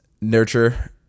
nurture